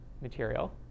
material